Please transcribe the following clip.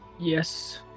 Yes